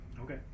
Okay